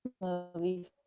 movie